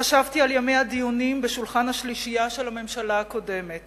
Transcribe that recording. חשבתי על ימי הדיונים בשולחן השלישייה של הממשלה הקודמת